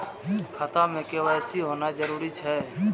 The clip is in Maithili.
खाता में के.वाई.सी होना जरूरी छै?